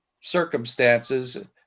circumstances